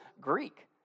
Greek